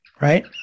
right